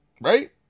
right